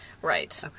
Right